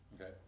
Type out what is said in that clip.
okay